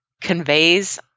conveys